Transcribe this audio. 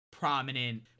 prominent